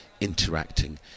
interacting